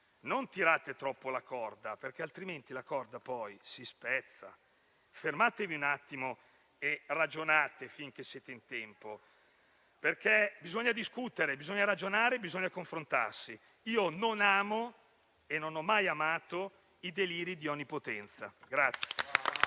Non tirate troppo la corda, perché altrimenti si spezza. Fermatevi un attimo e ragionate finché siete in tempo. Bisogna discutere, ragionare e confrontarsi. Io non amo e non ho mai amato i deliri di onnipotenza.